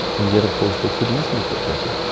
and yet of course they could easily get better.